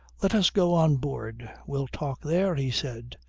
let us go on board. we'll talk there, he said.